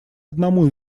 одному